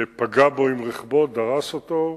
פגע בו עם רכבו ודרס אותו,